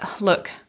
look